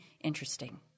interesting